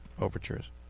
overtures